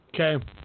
okay